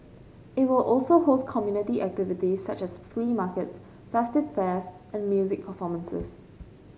it will also host community activities such as flea markets festive fairs and music performances